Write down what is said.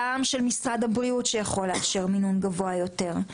של משרד הבריאות שיכול לאשר מינון גבוה יותר.